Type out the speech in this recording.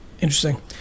Interesting